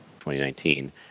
2019